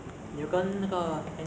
I_T_E 有一个